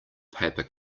paper